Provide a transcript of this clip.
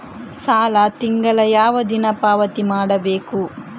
ಸಾಲ ತಿಂಗಳ ಯಾವ ದಿನ ಪಾವತಿ ಮಾಡಬೇಕು?